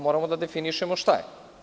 Moramo da definišemo šta je.